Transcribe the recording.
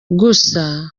gusa